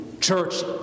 church